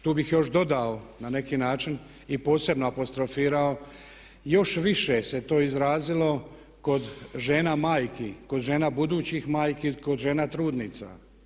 Tu bih još dodao na neki način i posebno apostrofirao još više se to izrazilo kod žena majki, kod žena budućih majki, kod žena trudnica.